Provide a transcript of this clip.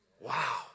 Wow